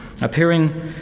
Appearing